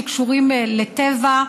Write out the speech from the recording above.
שקשורה לטבע.